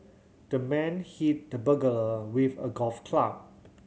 the man hit the burglar with a golf club